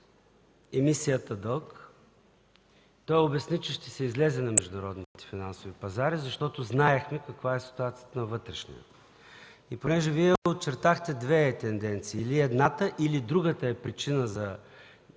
емисията „Дълг”. Той обясни, че ще се излезе на международните финансови пазари, защото знаехме каква е ситуацията във вътрешния. И понеже Вие очертахте две тенденции – или едната, или другата е причина за